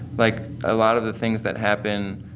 like, a lot of the things that happen,